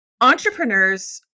Entrepreneurs